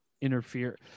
interfere